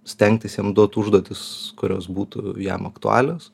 stengtis jam duoti užduotis kurios būtų jam aktualios